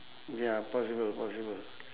ya possible possible